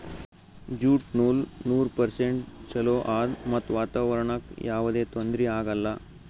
jute ನೂಲ್ ನೂರ್ percent ಚೊಲೋ ಆದ್ ಮತ್ತ್ ವಾತಾವರಣ್ಕ್ ಯಾವದೇ ತೊಂದ್ರಿ ಆಗಲ್ಲ